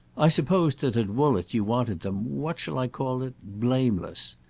i supposed that at woollett you wanted them what shall i call it blameless.